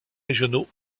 régionaux